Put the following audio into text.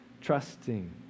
Trusting